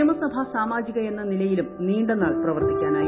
നിയമസഭാ സാമാജികയെന്ന നിലയിലും നീണ്ട നാൾ പ്രവർത്തിക്കാനായി